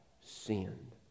sinned